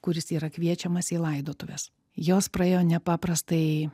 kuris yra kviečiamas į laidotuves jos praėjo nepaprastai